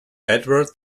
edward